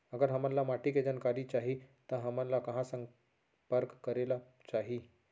अगर हमन ला माटी के जानकारी चाही तो हमन ला कहाँ संपर्क करे ला चाही?